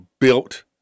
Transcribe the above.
built